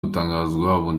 gutangiza